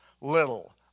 little